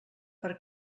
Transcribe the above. per